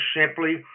simply